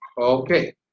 Okay